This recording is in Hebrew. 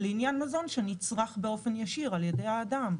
לעניין מזון שנצרך באופן ישיר על ידי האדם.